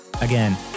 Again